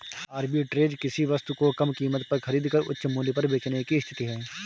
arbitrage किसी वस्तु को कम कीमत पर खरीद कर उच्च मूल्य पर बेचने की स्थिति है